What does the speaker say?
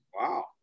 wow